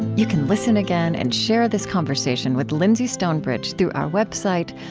you can listen again and share this conversation with lyndsey stonebridge through our website,